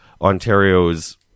Ontario's